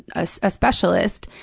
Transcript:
ah so a specialist,